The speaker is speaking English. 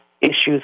issues